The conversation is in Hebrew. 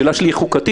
השאלה שלי היא חוקתית.